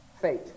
fate